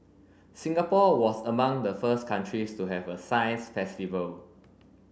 Singapore was among the first countries to have a science festival